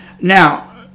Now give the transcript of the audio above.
Now